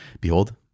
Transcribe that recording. behold